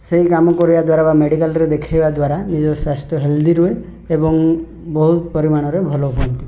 ସେଇ କାମ କରିବା ଦ୍ଵାରା ବା ମେଡ଼ିକାଲ୍ରେ ଦେଖେଇବା ଦ୍ଵାରା ନିଜ ସ୍ୟାସ୍ଥ୍ୟ ହେଲ୍ଦି ରୁହେ ଏବଂ ବହୁତ ପରିମାଣରେ ଭଲ ହୁଅନ୍ତି